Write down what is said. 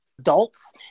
adults